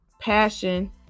passion